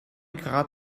grad